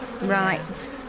Right